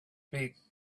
beak